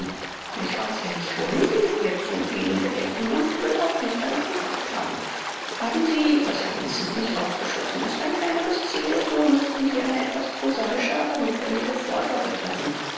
ich weiß ja nicht wohin sie mit ihr zu gehen gedenken und ich will auch nicht danach gefragt haben haben sie was ja wenigstens nicht ausgeschlossen ist ein ferneres ziel so müßten sie eine etwas prosaische aber notwendige vorsorge treffen